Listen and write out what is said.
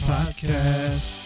Podcast